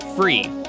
free